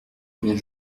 combien